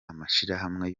amashirahamwe